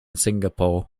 singapore